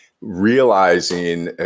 realizing